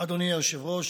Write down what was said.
אדוני היושב-ראש,